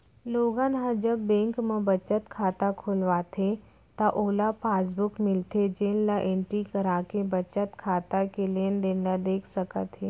लोगन ह जब बेंक म बचत खाता खोलवाथे त ओला पासबुक मिलथे जेन ल एंटरी कराके बचत खाता के लेनदेन ल देख सकत हे